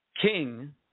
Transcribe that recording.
king